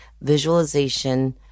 Visualization